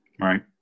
Right